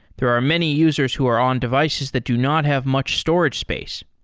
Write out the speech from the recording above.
there are many users who are on devices that do not have much storage space.